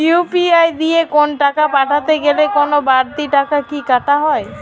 UPI দিয়ে কোন টাকা পাঠাতে গেলে কোন বারতি টাকা কি কাটা হয়?